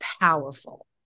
powerful